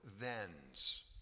thens